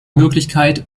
möglichkeit